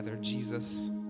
Jesus